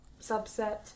subset